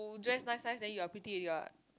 dress nice nice then you are pretty already what